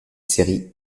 séries